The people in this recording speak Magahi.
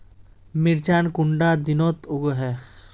मिर्चान कुंडा दिनोत उगैहे?